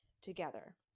together